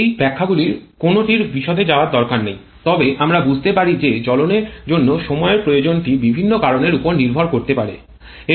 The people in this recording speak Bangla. এই ব্যাখ্যাগুলির কোনওটির বিশদে যাওয়ার দরকার নেই তবে আমরা বুঝতে পারি যে জ্বলনের জন্য সময়ের প্রয়োজনটি বিভিন্ন কারণের উপর নির্ভর করতে পারে